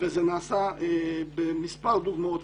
וזה נעשה במספר דוגמאות,